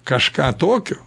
kažką tokio